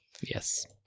Yes